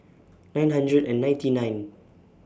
nine hundred and ninety nine